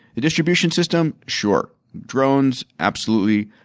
the distribution system? sure. drones? absolutely.